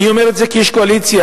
אני אומר את זה כאיש קואליציה,